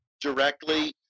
directly